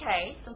okay